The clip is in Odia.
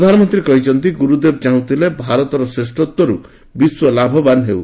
ପ୍ରଧାନମନ୍ତ୍ରୀ କହିଛନ୍ତି ଗୁରୁଦେବ ଚାହୁଁଥିଲେ ଭାରତର ଶ୍ରେଷତ୍ୱରୁ ବିଶ୍ୱ ଲାଭବାନ୍ ହେଉ